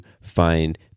find